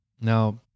Now